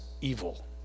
evil